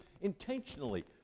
intentionally